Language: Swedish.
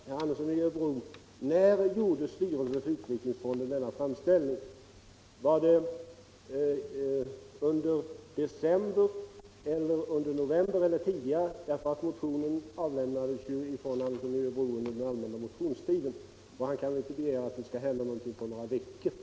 Herr talman! Då skulle jag vilja fråga herr Andersson i Örebro: När gjorde styrelsen för utvecklingsfonden denna framställning? Var det under december, under november eller tidigare? Motionen avlämnades under den allmänna motionstiden, och herr Andersson kan väl inte begära att det skall hända någonting på några veckor.